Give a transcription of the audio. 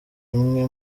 imwe